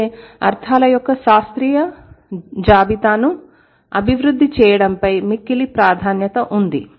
అయితే అర్థాల యొక్క శాస్త్రీయ జాబితాను అభివృద్ధి చేయడం పై మిక్కిలి ప్రాధాన్యత ఉంది